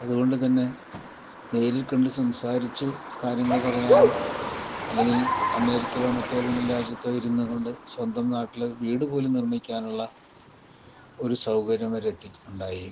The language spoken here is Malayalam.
അതുകൊണ്ട് തന്നെ നേരിൽ കണ്ട് സംസാരിച്ച് കാര്യങ്ങള് പറയാനും അല്ലെങ്കിൽ അമേരിക്കയിലോ മറ്റേതെങ്കിലും രാജ്യത്തോ ഇരുന്ന് കൊണ്ട് സ്വന്തം നാട്ടില് വീട് പോലും നിർമിക്കാനുള്ള ഒരു സൗകര്യം വരെ എത്തിക്കുകയുണ്ടായി